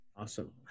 Awesome